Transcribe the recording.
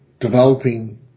developing